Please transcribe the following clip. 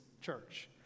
church